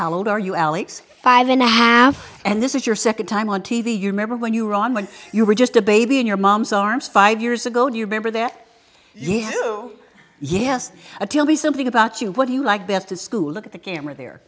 how old are you alex five and a half and this is your second time on t v you remember when you were on when you were just a baby in your mom's arms five years ago do you remember that you yes a tell me something about you what do you like best at school look at the camera there